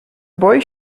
boy